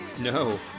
No